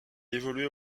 évoluait